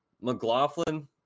McLaughlin